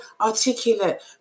articulate